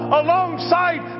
alongside